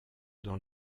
dans